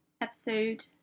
episode